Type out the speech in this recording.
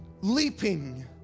leaping